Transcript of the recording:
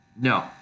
No